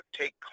take